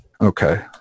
Okay